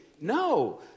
No